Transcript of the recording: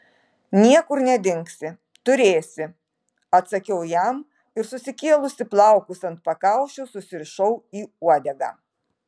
niekur nedingsi turėsi atsakiau jam ir susikėlusi plaukus ant pakaušio susirišau į uodegą